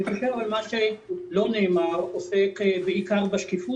אבל אני חושב שמה שלא נאמר עוסק בעיקר בשקיפות